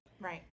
right